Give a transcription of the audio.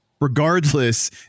regardless